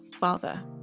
father